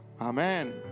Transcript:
Amen